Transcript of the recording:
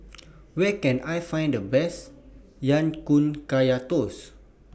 Where Can I Find The Best Ya Kun Kaya Toast